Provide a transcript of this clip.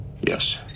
Yes